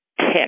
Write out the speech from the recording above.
tick